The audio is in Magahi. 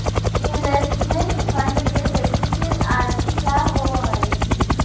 इन्वेस्टमेंट फंड से व्यक्ति के आर्थिक लाभ होवऽ हई